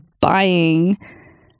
buying